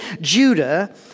Judah